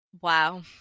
wow